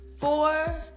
four